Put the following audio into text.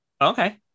okay